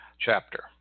chapter